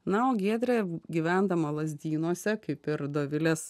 na o giedrė gyvendama lazdynuose kaip ir dovilės